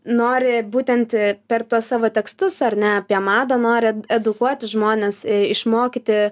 nori būtent per tuos savo tekstus ar ne apie madą nori edukuoti žmones išmokyti